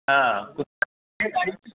हा कुत्र कार्यम्